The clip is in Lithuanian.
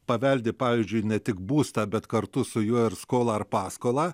paveldi pavyzdžiui ne tik būstą bet kartu su juo ir skolą ar paskolą